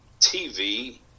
TV